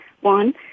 one